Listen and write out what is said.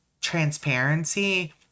transparency